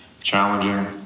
challenging